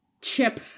Chip